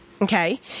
Okay